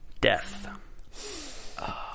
death